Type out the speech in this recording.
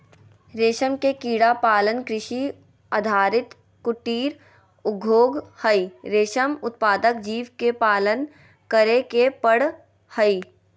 रेशम के कीड़ा पालन कृषि आधारित कुटीर उद्योग हई, रेशम उत्पादक जीव के पालन करे के पड़ हई